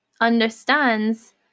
understands